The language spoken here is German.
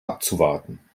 abzuwarten